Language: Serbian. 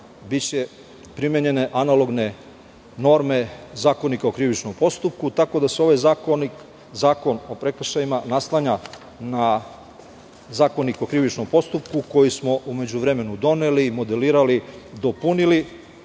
biće primenjene analogne norme Zakonika o krivičnom postupku, tako da se ovaj Zakon o prekršajima naslanja na Zakonik o krivičnom postupku koji smo u međuvremenu doneli, modelirali, dopunili